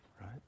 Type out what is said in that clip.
Right